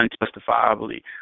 unjustifiably